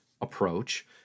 approach